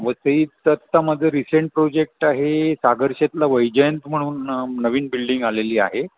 वसईत आत्ता माझं रिसेंट प्रोजेक्ट आहे सागरशेतला वैजयंत म्हणून नवीन बिल्डिंग आलेली आहे